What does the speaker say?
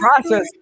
process